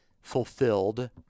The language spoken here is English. fulfilled